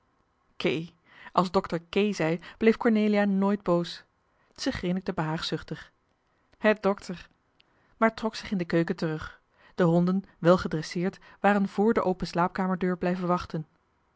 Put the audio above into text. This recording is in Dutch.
als dokter kee zei bleef cornelia nooit boos ze grinnikte behaagzuchtig hè dokter maar trok zich in de keuken terug de honden welgedresseerd waren vr de open slaapkamerdeur blijven wachten